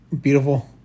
Beautiful